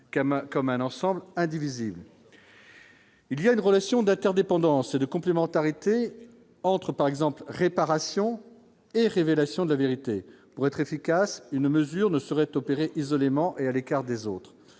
comme un ensemble indivisible. Il y a une relation d'interdépendance de complémentarité entre par exemple l'réparation et révélation de la vérité, pour être efficace, une mesure ne serait opéré isolé ment et à l'écart des autres,